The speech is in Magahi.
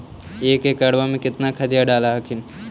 एक एकड़बा मे कितना खदिया डाल हखिन?